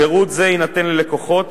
שירות זה יינתן ללקוחות